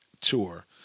tour